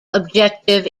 objective